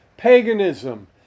paganism